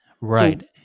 Right